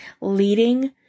leading